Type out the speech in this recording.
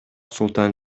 султан